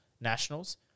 nationals